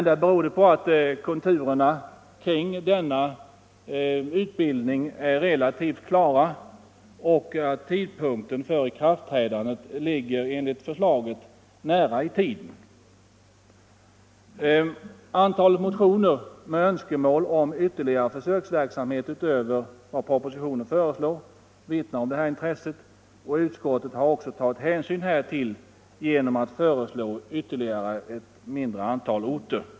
Det beror på att konturerna kring denna utbildning är relativt klara och att tidpunkten för ikraftträdandet enligt förslaget ligger nära. Antalet motioner med önskemål om ytterligare försöksverksamhet utöver vad propositionen föreslår vittnar om detta intresse. Utskottet har också tagit hänsyn härtill genom att föreslå ytterligare ett mindre antal orter.